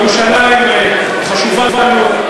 ירושלים חשובה לנו,